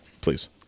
Please